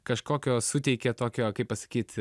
kažkokio suteikia tokio kaip pasakyt